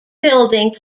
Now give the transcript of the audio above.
building